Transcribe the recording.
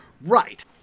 Right